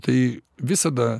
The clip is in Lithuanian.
tai visada